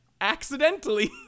accidentally